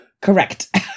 Correct